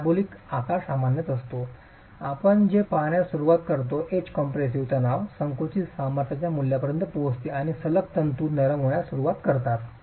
parabolic आकार सामान्यतः असतो आपण जे पाहण्यास सुरवात करतो एज कॉम्प्रेसिव्ह तणाव संकुचित सामर्थ्याच्या मूल्यापर्यंत पोहोचते आणि सलग तंतू नरम होण्यास सुरवात करतात